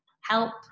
help